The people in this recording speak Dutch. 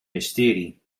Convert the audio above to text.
mysterie